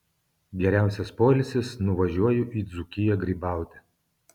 geriausias poilsis nuvažiuoju į dzūkiją grybauti